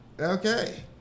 Okay